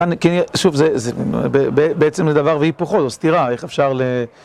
שוב, זה זה בעצם זה דבר והיפוכו, זאת סתירה, איך אפשר ל...